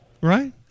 Right